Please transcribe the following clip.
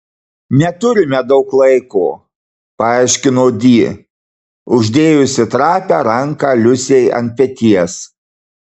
neturime daug laiko paaiškino di uždėjusi trapią ranką liusei ant peties